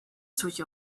switch